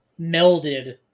melded